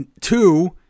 Two